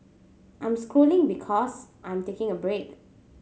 I'm scrolling because I'm taking a break